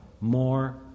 more